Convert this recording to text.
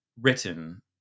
written